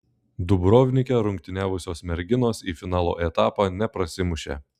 dubrovnike rungtyniavusios merginos į finalo etapą neprasimušė